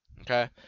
okay